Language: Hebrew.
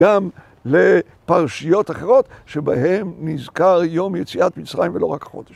גם לפרשיות אחרות שבהן נזכר יום יציאת מצרים ולא רק חודש.